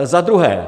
Za druhé.